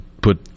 put